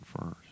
first